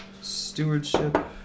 Stewardship